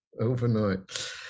Overnight